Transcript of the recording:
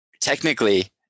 Technically